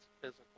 physical